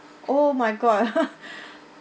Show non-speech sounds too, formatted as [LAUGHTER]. oh my god [LAUGHS]